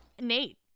Nate